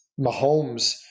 Mahomes